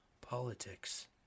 politics